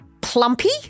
plumpy